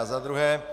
A za druhé.